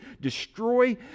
destroy